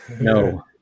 No